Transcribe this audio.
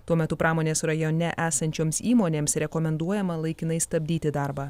tuo metu pramonės rajone esančioms įmonėms rekomenduojama laikinai stabdyti darbą